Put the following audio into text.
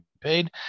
paid